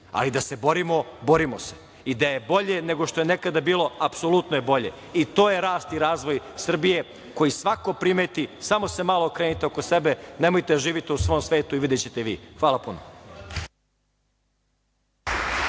ali da se borimo, borimo se. Da je bolje nego što je nekada bilo, apsolutno je bolje i to je rast i razvoj Srbije koji svako primeti, samo se malo okrenite oko sebe, nemojte da živite u svom svetu i videćete i vi. Hvala puno.